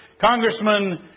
Congressman